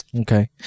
okay